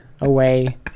away